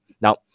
Now